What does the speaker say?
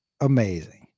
amazing